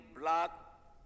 block